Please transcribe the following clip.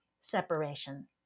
separation